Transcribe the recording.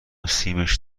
سیمش